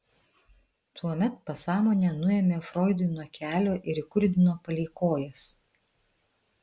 tuomet pasąmonę nuėmė froidui nuo kelio ir įkurdino palei kojas